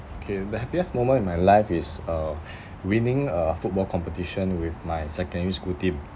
okay the happiest moment in my life is uh winning a football competition with my secondary school team